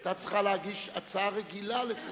היתה צריכה להגיש הצעה רגילה לסדר-היום,